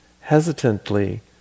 Hesitantly